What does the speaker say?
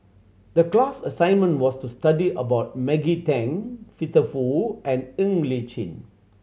the class assignment was to study about Maggie Teng Peter Fu and Ng Li Chin